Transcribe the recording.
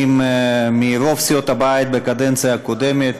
היו מרוב סיעות הבית בקדנציה הקודמת,